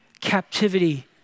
captivity